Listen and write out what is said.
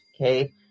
Okay